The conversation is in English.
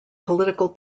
political